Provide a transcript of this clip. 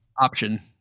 Option